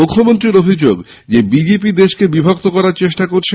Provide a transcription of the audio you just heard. মুখ্যমন্ত্রীর অভিযোগ B J P দেশকে বিভক্ত করার চেষ্টা করছে